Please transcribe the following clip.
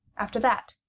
after that,